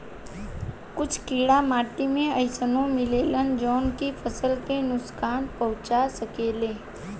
कुछ कीड़ा माटी में अइसनो मिलेलन जवन की फसल के नुकसान पहुँचा सकेले